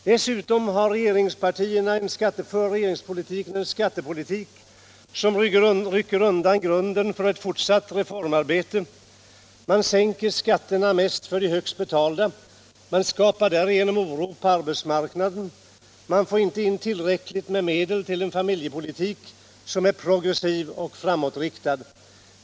Dessutom för regeringspartierna en skattepolitik som rycker undan grunden för ett fortsatt reformarbete. Man sänker skatterna mest för de högst betalda. Man skapar därigenom oro på arbetsmarknaden. Man får inte in tillräckligt med medel till en familjepolitik som är progressiv och framåtriktad.